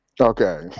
Okay